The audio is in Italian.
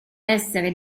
essere